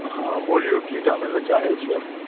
हँ बोलियौ की जानै लऽ चाहै छियै अपने